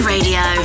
Radio